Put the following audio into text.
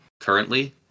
currently